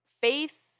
Faith